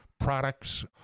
Products